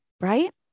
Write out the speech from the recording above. right